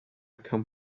come